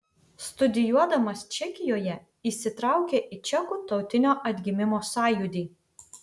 studijuodamas čekijoje įsitraukė į čekų tautinio atgimimo sąjūdį